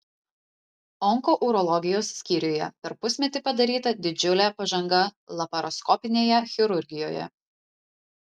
onkourologijos skyriuje per pusmetį padaryta didžiulė pažanga laparoskopinėje chirurgijoje